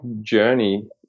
journey